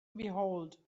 behold